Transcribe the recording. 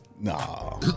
Nah